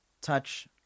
touch